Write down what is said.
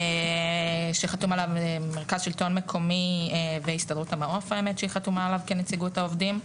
שחתום עליו מרכז שלטון מקומי והסתדרות המעוף כנציגות העובדים.